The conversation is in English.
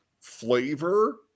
flavor